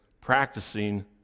practicing